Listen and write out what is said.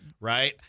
Right